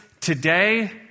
today